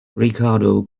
ricardo